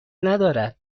ندارد